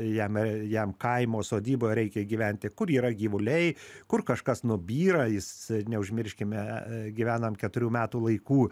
jam jam kaimo sodyboj reikia gyventi kur yra gyvuliai kur kažkas nubyra jis neužmirškime gyvenam keturių metų laikų